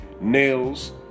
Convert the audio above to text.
nails